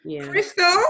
Crystal